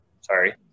sorry